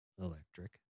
electric